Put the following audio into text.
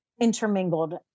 intermingled